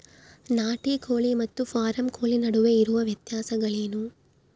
ನಾಟಿ ಕೋಳಿ ಮತ್ತು ಫಾರಂ ಕೋಳಿ ನಡುವೆ ಇರುವ ವ್ಯತ್ಯಾಸಗಳೇನು?